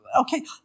okay